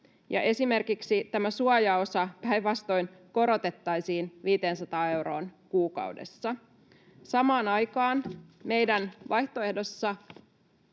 esimerkiksi tämä suojaosa päinvastoin korotettaisiin 500 euroon kuukaudessa. Samaan aikaan meidän vaihtoehdossamme